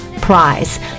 prize